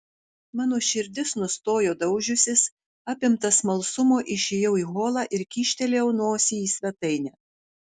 mano širdis nustojo daužiusis apimtas smalsumo išėjau į holą ir kyštelėjau nosį į svetainę